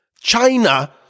China